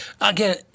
Again